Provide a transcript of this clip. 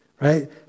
Right